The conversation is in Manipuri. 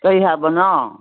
ꯀꯔꯤ ꯍꯥꯏꯕꯅꯣ